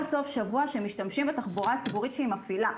סוף שבוע שמשתמשים בתחבורה הציבורית שהיא מפעילה.